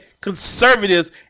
conservatives